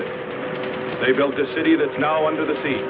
it they built a city that is now under the sea